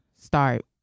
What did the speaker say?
start